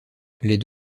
les